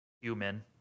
human